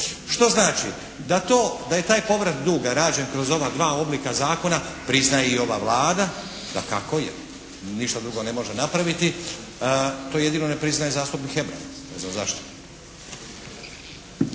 što znači da to, da je taj povrat duga rađen kroz ova dva oblika zakona priznaje i ova Vlada, dakako jer ništa drugo ne može napraviti. To jedino ne priznaje zastupnik Hebrang. Ne znam zašto.